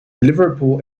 liverpool